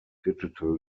digital